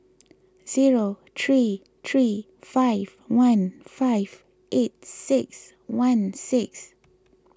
zero three three five one five eight six one six